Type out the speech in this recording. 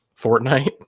Fortnite